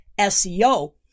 SEO